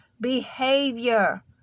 Behavior